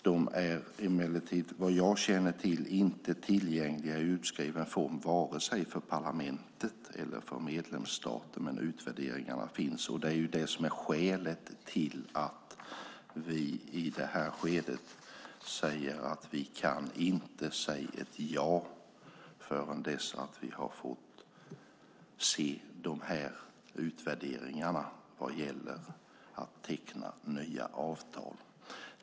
De är emellertid inte, vad jag känner till, tillgängliga i utskriven form, vare sig för parlamentet eller för medlemsstaterna, men utvärderingarna finns. Och det är det som är skälet till att vi i det här skedet säger att vi inte kan säga ja förrän vi har fått se utvärderingarna vad gäller att teckna nya avtal.